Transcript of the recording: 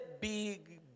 big